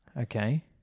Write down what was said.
Okay